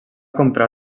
comprar